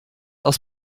aus